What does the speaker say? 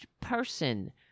person